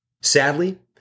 Sadly